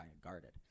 guarded